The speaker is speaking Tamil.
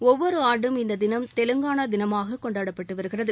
ஒவ்வொரு ஆண்டும் இந்த தினம் தெலுங்கானா தினமாக கொண்டாடப்பட்டு வருகிறது